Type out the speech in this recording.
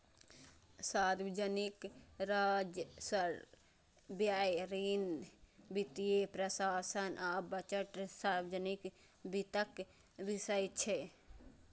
सार्वजनिक राजस्व, व्यय, ऋण, वित्तीय प्रशासन आ बजट सार्वजनिक वित्तक विषय छियै